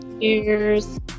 Cheers